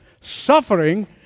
suffering